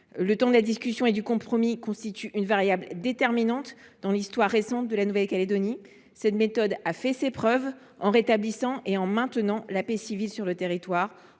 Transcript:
Le temps de la discussion et du compromis constitue une variable déterminante dans l’histoire récente de ce territoire. Cette méthode a fait ses preuves, en rétablissant et en maintenant la paix civile, en faisant